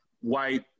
white